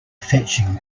fetching